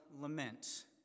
lament